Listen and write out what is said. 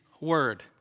word